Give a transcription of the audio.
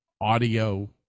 Audio